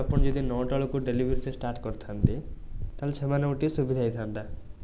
ଆପଣ ଯଦି ନଅଟା ବେଳକୁ ଡେଲିଭରିଟା ଷ୍ଟାର୍ଟ୍ କରିଥାନ୍ତେ ତାହେଲେ ସେମାନଙ୍କୁ ଟିକିଏ ସୁବିଧା ହେଇଥାନ୍ତା